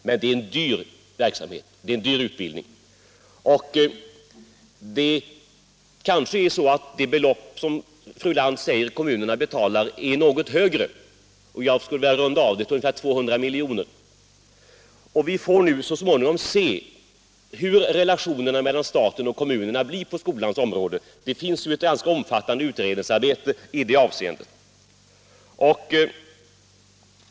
Men det är en dyr utbildning, troligen dyrare än vad fru Lantz sade. Jag skulle vilja runda av det till ungefär 200 miljoner. Vi får nu så småningom se hur relationerna mellan staten och kommunerna blir på skolans område. Det pågår ett omfattande utredningsarbete i det avseendet.